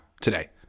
today